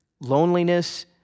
loneliness